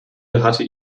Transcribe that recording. hatte